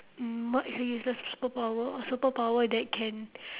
mm what is a useless superpower a superpower that can